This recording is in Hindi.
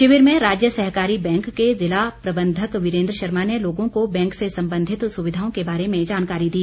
शिविर में राज्य सहकारी बैंक के जिला प्रबंधक वीरेंद्र शर्मा ने लोगों को बैंक से संबंधित सुविधाओं के बारे में जानकारी दी